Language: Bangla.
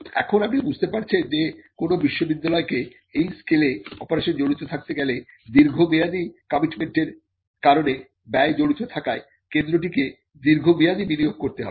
এখন আপনি বুঝতে পারছেন যে কোন বিশ্ববিদ্যালয়েকে এই স্কেলে অপারেশনে জড়িত থাকতে গেলে দীর্ঘমেয়াদি কমিটমেন্টের কারণে ব্যয় জড়িত থাকায় কেন্দ্রটিকে দীর্ঘমেয়াদী বিনিয়োগ করতে হবে